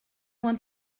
went